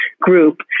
group